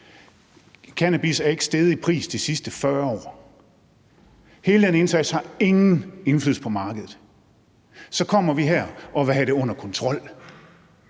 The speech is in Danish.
Cannabis er ikke steget i pris de sidste 40 år. Den indsats har ingen indflydelse på markedet. Så kommer vi her og vil have det under kontrol,